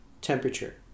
temperature